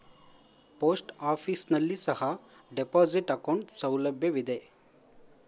post office ನಲ್ಲಿ ಸಹ deposit account ಸೌಲಭ್ಯವಿದೆ